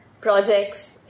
projects